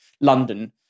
London